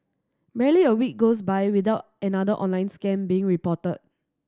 barely a week goes by without another online scam being reported